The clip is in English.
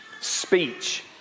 speech